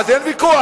ואז, אין ויכוח.